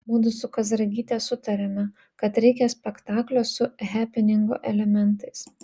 mudu su kazragyte sutarėme kad reikia spektaklio su hepeningo elementais